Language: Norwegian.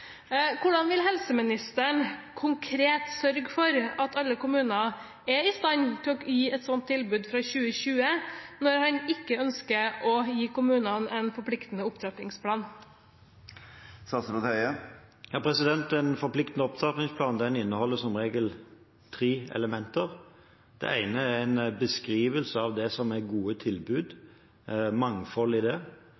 stand til å gi et sånt tilbud fra 2020 når han ikke ønsker å gi kommunene en forpliktende opptrappingsplan? En forpliktende opptrappingsplan inneholder som regel tre elementer. Det ene er en beskrivelse av det som er gode tilbud – mangfoldet i det.